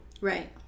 right